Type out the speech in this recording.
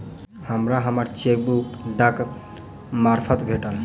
हमरा हम्मर चेकबुक डाकक मार्फत भेटल